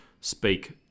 speak